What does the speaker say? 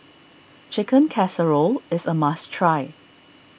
Chicken Casserole is a must try